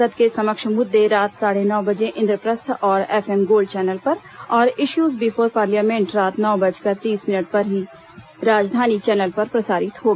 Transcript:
संसद के समक्ष मुद्दे रात साढे नौ बजे इंद्रप्रस्थ और एफएम गोल्ड चैनल पर और इश्यूज बिफोर पार्लियामेंट रात नौ बजकर तीस मिनट पर ही राजधानी चैनल पर प्रसारित होगा